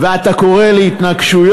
ואתה קורא להתנגשויות.